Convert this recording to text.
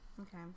Okay